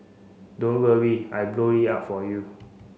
don't worry I blow it up for you